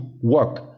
work